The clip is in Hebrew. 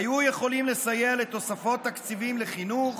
היו יכולים לסייע לתוספות תקציבים לחינוך,